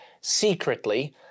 secretly